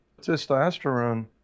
testosterone